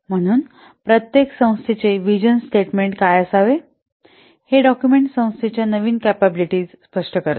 म्हणून प्रत्येक संस्थेचे व्हिजन स्टेटमेंट काय असावे हे डाक्युमेंट संस्थेच्या नवीन कपॅबिलिटीज स्पष्ट करते